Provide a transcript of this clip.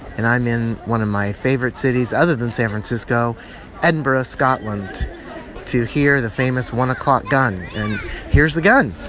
and i'm in one of my favorite cities other than san francisco edinburgh, scotland to hear the famous one o'clock gun. and here's the gun